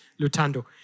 Lutando